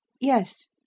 Yes